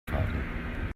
fahren